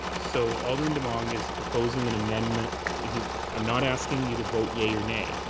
so alderman demong is proposing an amendment i'm not asking you to vote yea or nay.